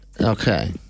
Okay